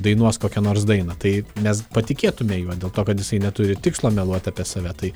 dainuos kokią nors dainą taip mes patikėtume juo dėl to kad jisai neturi tikslo meluot apie save tai